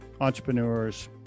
entrepreneurs